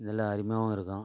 நல்ல அருமையாகவும் இருக்கும்